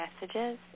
messages